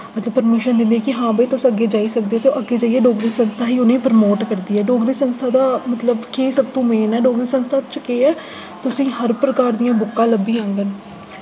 मतलब परमिशन दिंदे कि हां भई तुस अग्गें जाई सकदे ओ ते अग्गें जाइयै डोगरी संस्था ई उ'नें प्रमोट करदी ऐ डोगरी संस्था दा मतलब के सबतों मेन ऐ डोगरी संस्था च केह् ऐ तुसें हर प्रकार दि'यां बुक्कां लब्भी जाह्ङन